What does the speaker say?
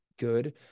good